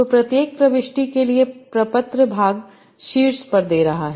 तो प्रत्येक प्रविष्टि के लिए प्रपत्र भाग शीर्ष पर दे रहा है